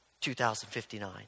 2059